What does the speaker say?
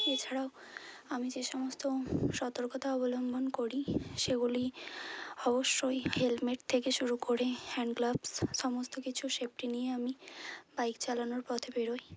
এছাড়াও আমি যে সমস্ত সতর্কতা অবলম্বন করি সেগুলি অবশ্যই হেলমেট থেকে শুরু করে হ্যাণ্ড গ্লাভস সমস্ত কিছু সেফ্টি নিয়ে আমি বাইক চালানোর পথে বেরোই